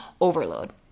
overload